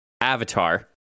Avatar